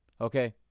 Okay